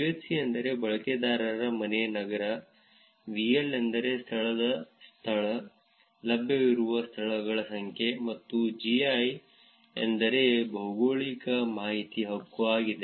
UHC ಎಂದರೆ ಬಳಕೆದಾರರ ಮನೆ ನಗರ VL ಎಂದರೆ ಸ್ಥಳದ ಸ್ಥಳ ಲಭ್ಯವಿರುವ ಸ್ಥಳಗಳ ಸಂಖ್ಯೆ ಮತ್ತು GI ಎಂದರೆ ಭೌಗೋಳಿಕ ಮಾಹಿತಿ ಹಕ್ಕು ಆಗಿದೆ